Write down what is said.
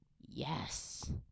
Yes